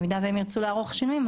במידה והם ירצו לערוך שינויים,